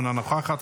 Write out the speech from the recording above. אינו נוכח,